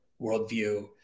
worldview